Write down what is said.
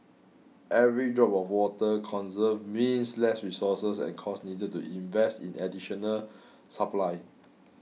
every drop of water conserved means less resources and costs needed to invest in additional supply